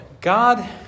God